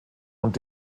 und